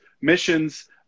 missions